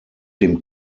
dem